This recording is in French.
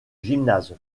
gymnase